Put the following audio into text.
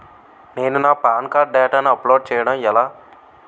నేను నా PAN card డేటాను అప్లోడ్ చేయడం ఎలా?